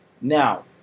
Now